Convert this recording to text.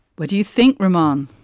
what do you think, ramon?